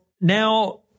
now